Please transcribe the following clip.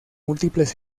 múltiples